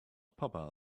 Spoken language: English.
papa